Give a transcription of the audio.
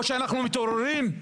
או שאנחנו מתעוררים עכשיו,